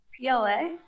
pla